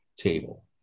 table